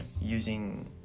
using